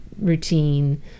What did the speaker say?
routine